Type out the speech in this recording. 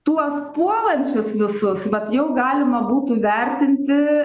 tuos puolančius visus vat jau galima būtų vertinti